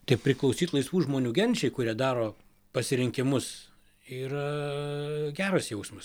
tai priklausyt laisvų žmonių genčiai kurie daro pasirinkimus yra geras jausmas